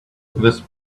this